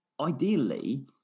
ideally